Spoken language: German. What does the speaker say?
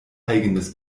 eigenes